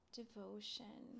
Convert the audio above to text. devotion